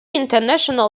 international